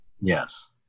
Yes